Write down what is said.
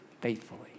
faithfully